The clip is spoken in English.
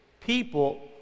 people